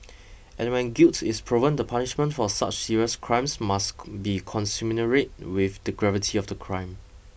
and when guilt is proven the punishment for such serious crimes must be commensurate with the gravity of the crime